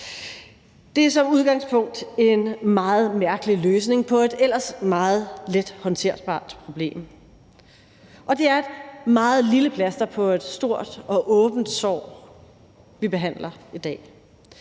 Det er som udgangspunkt en meget mærkelig løsning på et ellers meget let håndterbart problem, og det er et meget lille plaster på et stort og åbent sår, vi behandler i dag.